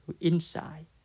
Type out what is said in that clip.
inside